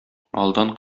алдан